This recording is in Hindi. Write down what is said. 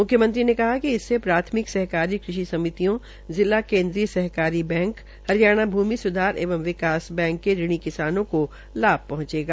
मुख्यमंत्री ने कहा कि इससे प्राथमिक सहकारी कृषि समितियों जिला केन्द्रीय सहकारी बैंक हरियाणा भुमि सुधार एवं विकास बैंक के ऋणी किसानों को लाभ होगा